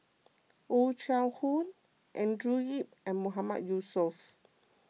Oh Chai Hoo Andrew Yip and Mahmood Yusof